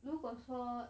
如果说